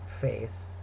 face